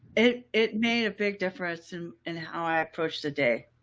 it it made a big difference in and how i approached the day.